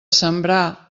sembrar